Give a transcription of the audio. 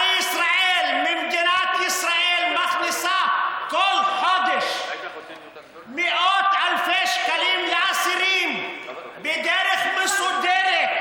הרי מדינת ישראל מכניסה כל חודש מאות אלפי שקלים לאסירים בדרך מסודרת.